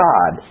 God